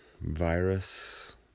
virus